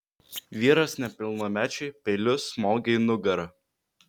vyras nepilnamečiui peiliu smogė į nugarą